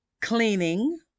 cleaning